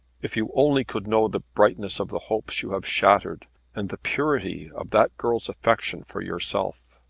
if you only could know the brightness of the hopes you have shattered and the purity of that girl's affection for yourself!